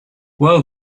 well